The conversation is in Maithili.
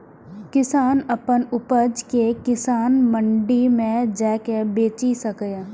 किसान अपन उपज कें किसान मंडी मे जाके बेचि सकैए